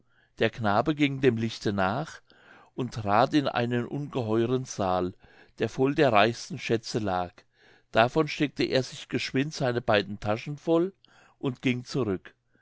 der knabe ging dem lichte nach und trat in einen ungeheuren saal der voll der reichsten schätze lag davon steckte er sich geschwind seine beiden taschen voll und ging zurück